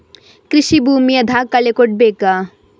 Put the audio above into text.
ಕೃಷಿ ಭೂಮಿಯ ದಾಖಲೆ ಕೊಡ್ಬೇಕಾ?